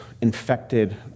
infected